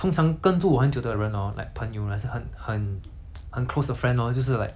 很 close 的 friend lor 就是 like 跟着我很久的就是那些